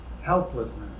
helplessness